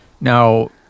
Now